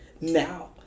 now